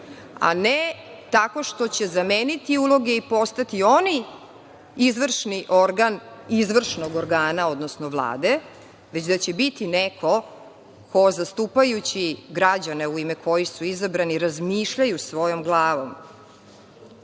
a ne tako što će zameniti uloge i postati, oni, izvršni organ izvršnog organa, odnosno Vlade, već da će biti neko ko zastupajući građane, u ime kojih su izabrani, razmišljaju svojom glavom.U